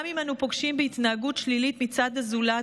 גם אם אנו פוגשים בהתנהגות שלילית מצד הזולת,